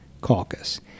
caucus